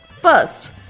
First